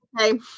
okay